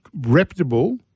reputable